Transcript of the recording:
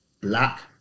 black